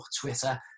Twitter